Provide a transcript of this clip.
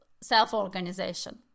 self-organization